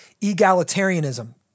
egalitarianism